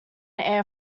air